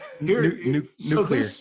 nuclear